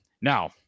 Now